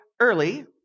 early